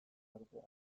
artean